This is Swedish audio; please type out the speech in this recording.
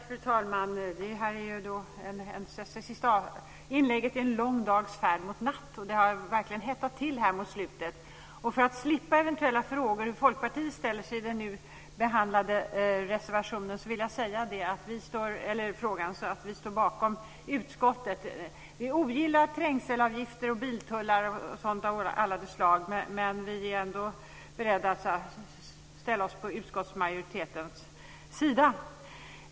Fru talman! Det här är sista inlägget i en lång dags färd mot natt. Det har verkligen hettat till mot slutet. För att slippa eventuella frågor hur Folkpartiet ställer sig angående den nu behandlade frågan kan jag säga att vi står bakom utskottet. Vi ogillar trängselavgifter och biltullar av alla de slag, men vi är ändå beredda att ställa oss på utskottsmajoritetens sida.